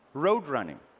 road running,